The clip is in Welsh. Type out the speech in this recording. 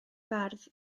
bardd